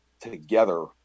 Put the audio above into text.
together